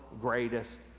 greatest